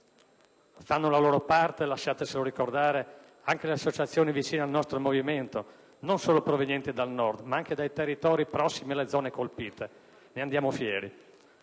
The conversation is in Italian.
Fanno la loro parte - lasciatecelo ricordare - anche le associazioni vicine al nostro movimento, non solo provenienti dal Nord, ma anche dai territori prossimi alle zone colpite. Ne andiamo fieri.